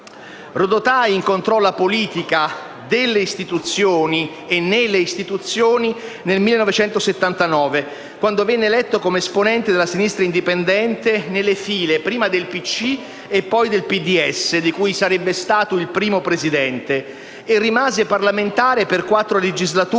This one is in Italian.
Rodotà incontrò la politica, delle istituzioni e nelle istituzioni, nel 1979, quando venne eletto come esponente della sinistra indipendente nelle file, prima del PCI e poi del PDS, di cui sarebbe stato il primo Presidente. E rimase parlamentare per quattro legislature,